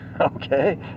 okay